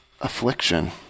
affliction